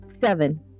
seven